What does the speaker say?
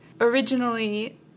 originally